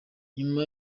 nyuma